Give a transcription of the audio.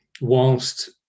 whilst